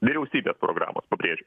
vyriausybės programos pabrėžiu